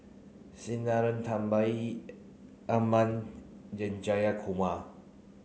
Sinnathamby Jayakumar